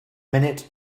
minute